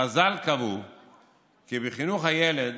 חז"ל קבעו כי בחינוך הילד